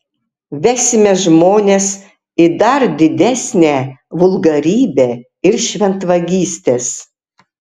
vesime žmones į dar didesnę vulgarybę ir šventvagystes